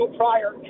prior